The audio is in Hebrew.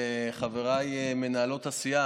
וחבר הכנסת כסיף?